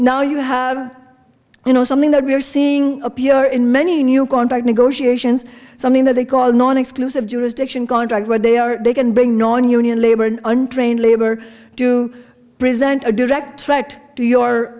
now you have you know something that we're seeing appear in many new contract negotiations something that they call non exclusive jurisdiction contract where they are they can bring nonunion labor an untrained labor to present a direct threat to your